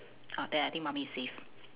ah then I think mummy is safe